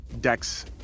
dex